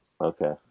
Okay